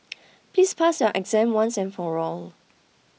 please pass your exam once and for all